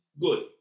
good